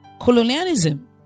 colonialism